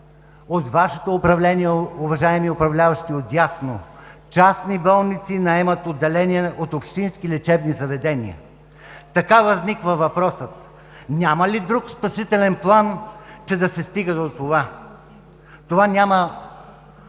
от Вашето управление, уважаеми управляващи отдясно: частни болници наемат отделения от общински лечебни заведения. Така възниква въпросът: няма ли друг спасителен план, че да се стига до това? Това първа